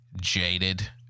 jaded